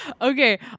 okay